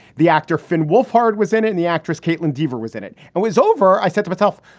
the actor finn wolford was in it and the actress kaitlyn dever was in it and was over. i said to myself,